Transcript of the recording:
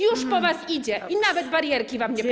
Już po was idzie i nawet barierki wam nie pomogą.